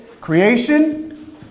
Creation